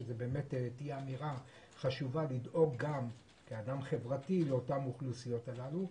כאדם חברתי חשוב לומר שיש לדאוג גם לאוכלוסיות הללו,